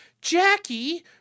Jackie